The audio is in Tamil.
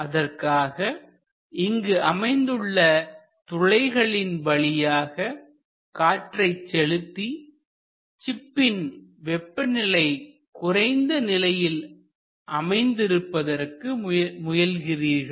அதற்காக இங்கு அமைந்துள்ள துளைகளின் வழியாக காற்றை செலுத்தி சிப்பின் வெப்பநிலை குறைந்த நிலையில் அமைந்து இருப்பதற்கு முயற்சிக்கிறீர்கள்